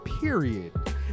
period